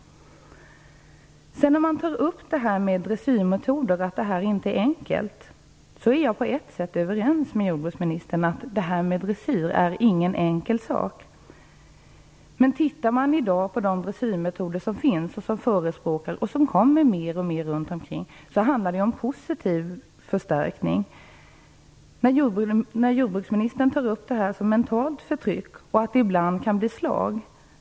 Jag är på ett sätt överens med jordbruksministern om att detta med dressyr inte är någon enkel sak. Men de förespråkade dressyrmetoder som finns i dag, vilka blir allt vanligare, handlar om positiv förstärkning. Jordbruksministern tog upp att det kunde bli fråga om mentalt förtryck och ibland även slag.